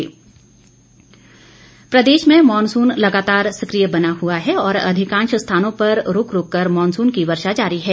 मौसम प्रदेश में मॉनसून लगातार सक्रिय बना हुआ है और अधिकांश स्थानों पर रूक रूक कर मॉनसून की वर्षा जारी है